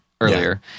earlier